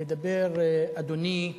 לדבר, אדוני,